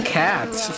cats